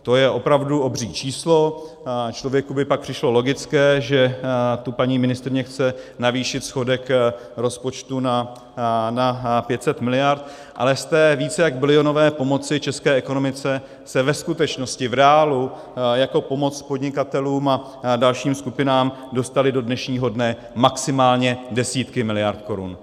To je opravdu obří číslo, a člověku by pak přišlo logické, že tu paní ministryně chce navýšit schodek rozpočtu na 500 miliard, ale z té více jak bilionové pomoci české ekonomice se ve skutečnosti, v reálu, jako pomoc podnikatelům a dalším skupinám dostaly do dnešního dne maximálně desítky miliard korun.